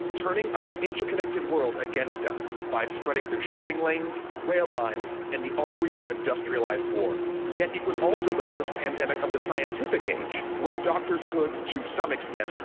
turning our interconnected world against us by spreading through shipping lanes, rail lines and the arteries of industrialized war, yet it was also the first pandemic of the scientific age, where doctors could, to some extent,